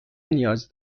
نیاز